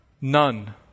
none